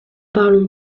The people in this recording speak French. parlons